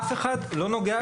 אף אחד לא נוגע בזה.